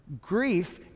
Grief